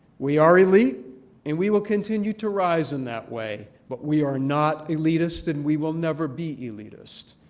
we are elite and we will continue to rise in that way, but we are not elitist and we will never be elitist.